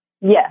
Yes